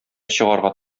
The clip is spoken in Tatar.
чыгарга